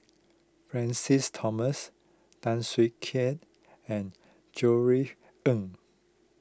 Francis Thomas Tan Siak Kew and Ng